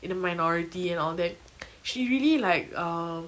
in the minority and all that she really like um